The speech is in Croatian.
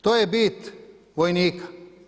To je bit vojnika.